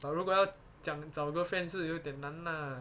but 如果要讲找个 girlfriend 是有点难 ah